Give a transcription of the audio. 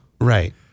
right